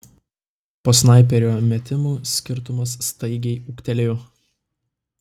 po snaiperio metimų skirtumas staigiai ūgtelėjo